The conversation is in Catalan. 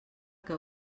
que